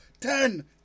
ten